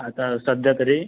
आता सध्या तरी